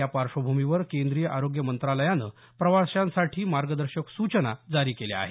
या पार्श्वभूमीवर केंद्रीय आरोग्य मंत्रालयानं प्रवाशांसाठी मार्गदर्शक सूचना जारी केल्या आहेत